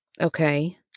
Okay